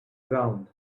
ground